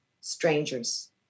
Strangers